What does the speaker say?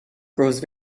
grows